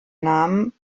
namen